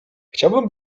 chciałbym